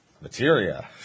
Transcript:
materia